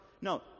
No